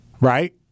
Right